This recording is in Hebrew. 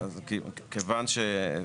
קודם כל, כיוון,